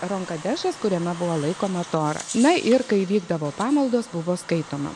aronkadešas kuriame buvo laikoma tora na ir kai vykdavo pamaldos buvo skaitoma